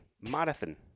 marathon